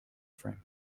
frame